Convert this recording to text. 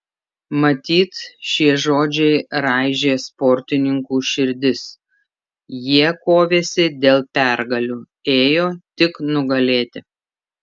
matyt šie žodžiai raižė sportininkų širdis jie kovėsi dėl pergalių ėjo tik nugalėti